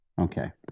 Okay